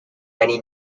many